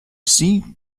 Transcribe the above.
see